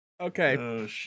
okay